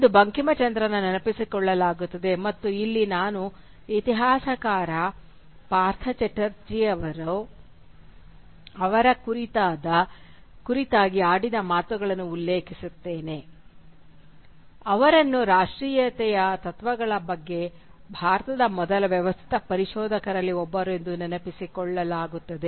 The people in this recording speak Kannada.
ಇಂದು ಬಂಕಿಂಚಂದ್ರರನ್ನು ನೆನಪಿಸಿಕೊಳ್ಳಲಾಗುತ್ತದೆ ಮತ್ತು ಇಲ್ಲಿ ನಾನು ಇತಿಹಾಸಕಾರ ಪಾರ್ಥ ಚಟರ್ಜಿಯವರ ಅವರು ಅವರ ಕುರಿತಾಗಿ ಆಡಿದ ಮಾತುಗಳನ್ನು ಉಲ್ಲೇಖಿಸುತ್ತೇನೆ ಅವರನ್ನು ರಾಷ್ಟ್ರೀಯತೆಯ ತತ್ವಗಳ ಬಗ್ಗೆ ಭಾರತದ ಮೊದಲ ವ್ಯವಸ್ಥಿತ ಪರಿಶೋಧಕರಲ್ಲಿ ಒಬ್ಬರು ಎಂದು ನೆನಪಿಸಿಕೊಳ್ಳಲಾಗುತ್ತದೆ